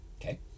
okay